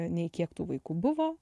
nei kiek tų vaikų buvo